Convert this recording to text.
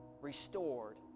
restored